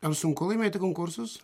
ar sunku laimėti konkursus